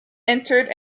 entered